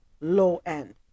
low-end